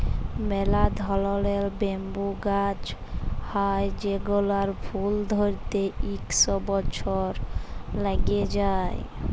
ম্যালা ধরলের ব্যাম্বু গাহাচ হ্যয় যেগলার ফুল ধ্যইরতে ইক শ বসর ল্যাইগে যায়